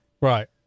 Right